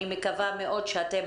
אני מקווה מאוד שאתן